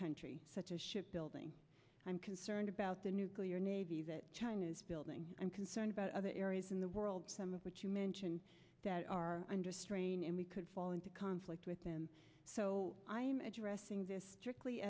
country such as shipbuilding i'm concerned about the nuclear navy that china is building and concerned about other areas in the world some of which you mentioned that are under strain and we could fall into conflict with them so i am addressing this strictly